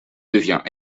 devient